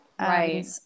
Right